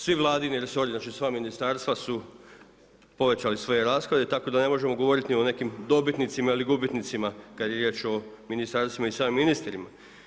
Svi Vladini resori, znači, sva Ministarstva su povećali svoje rashode, tako da ne možemo govoriti ni o nekim dobitnicima ili gubitnicima kada je riječ o Ministarstvima i samim ministrima.